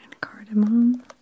cardamom